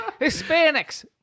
Hispanics